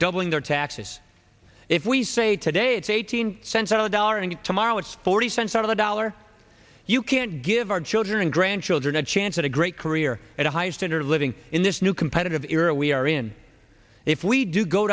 doubling their taxes if we say today it's eighteen cents on a dollar and tomorrow it's forty cents out of a dollar you can't give our children and grandchildren a chance at a great career at a high standard of living in this new competitive era we are in if we do go